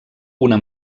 una